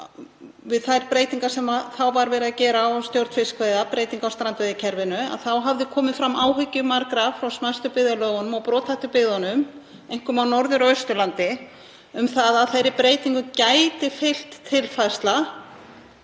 við þær breytingar sem þá var verið að gera á stjórn fiskveiða, breytinga á strandveiðikerfinu, að komið höfðu fram áhyggjur margra frá smæstu byggðarlögunum og brothættu byggðunum, einkum á Norður- og Austurlandi, um að þeirri breytingu gæti fylgt tilfærsla